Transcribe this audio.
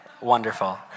Wonderful